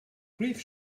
grief